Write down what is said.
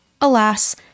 alas